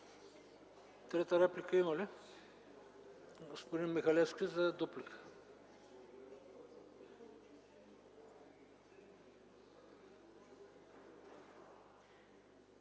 Трета реплика има ли? Господин Михалевски – за дуплика.